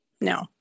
no